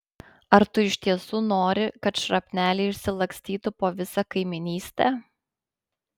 ar tu iš tiesų nori kad šrapneliai išsilakstytų po visą kaimynystę